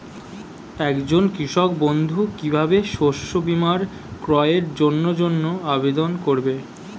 একজন কৃষক বন্ধু কিভাবে শস্য বীমার ক্রয়ের জন্যজন্য আবেদন করবে?